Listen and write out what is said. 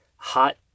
Hot